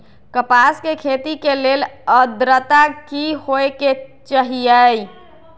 कपास के खेती के लेल अद्रता की होए के चहिऐई?